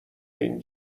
این